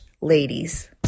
ladies